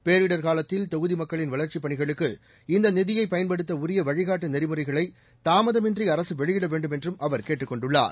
பேரிடர் காலத்தில் தொகுதி மக்களின் வளர்ச்சிப் பணிகளுக்கு இந்த நிதியைப் பயன்படுத்த உரிய வழிகாட்டு நெறிமுறைகளை தாமதமின்றி அரசு வெளியிட வேண்டும் என்றும் அவர் கேட்டுக் கொண்டுள்ளார்